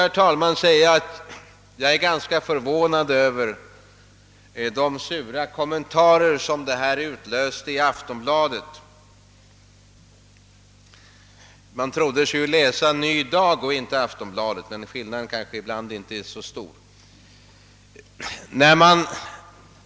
Jag måste säga att jag är ganska förvånad över de sura kommentarer som detta har utlöst i Aftonbladet. Jag trodde mig läsa Ny Dag och inte Aftonbladet — men skillnaden är kanske ibland inte så stor.